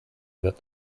wird